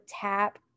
tap